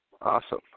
Awesome